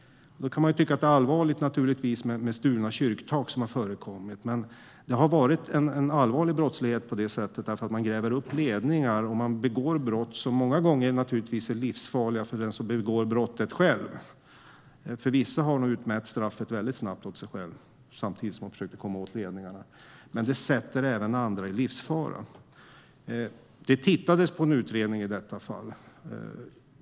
Man kan naturligtvis tycka att det är allvarligt med stulna kyrktak, som har förekommit. Men det har varit en allvarlig brottslighet på det sättet att man gräver upp ledningar och begår brott som många gånger är livsfarliga för den som begår brottet - vissa har nog väldigt snabbt utmätt straffet åt sig själva samtidigt som de försökt komma åt ledningarna - men som även försätter andra i livsfara. Det tittades på en utredning i detta fall.